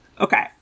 Okay